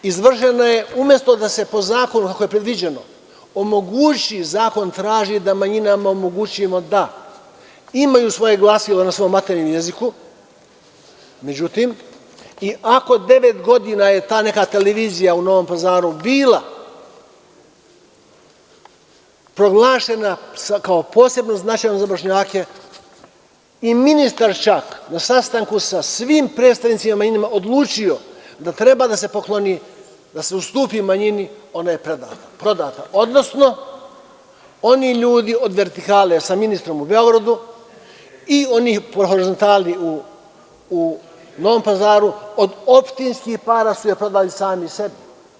Umesto da se po zakonu omogući, kako je predviđeno, zakon traži da manjinama omogućimo da imaju svoje glasilo na svom maternjem jeziku, međutim, iako je devet godina ta neka televizija u Novom Pazaru bila proglašena kao posebno značajna za Bošnjake, i ministar je čak na sastanku sa vim predstavnicima manjina odlučio da treba da se pokloni, da se ustupi manjini, ona je prodata, odnosno oni ljudi od vertikale, sa ministrom u Beogradu, i oni po horizontali u Novom Pazaru, od opštinskih para su je prodali sami sebi.